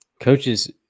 Coaches